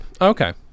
Okay